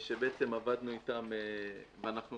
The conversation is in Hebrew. בעצם עבדנו אתם, ואנחנו